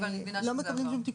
ואני מבינה שזה עבר.